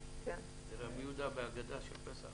רבי יהודה מההגדה של פסח.